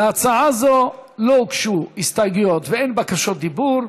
להצעה זו לא הוגשו הסתייגויות ואין בקשות דיבור.